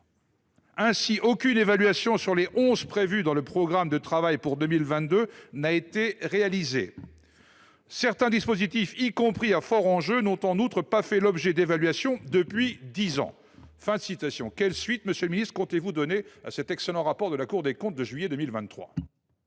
Ainsi, aucune évaluation sur les onze prévues dans le programme de travail pour 2022 n’a été réalisée. Certains dispositifs, y compris à fort enjeu, n’ont en outre pas fait l’objet d’évaluation depuis dix ans. » Monsieur le ministre, quelles suites comptez vous donner à cet excellent rapport de la Cour des comptes du mois de juillet 2023 ?